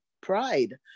pride